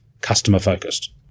customer-focused